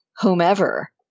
whomever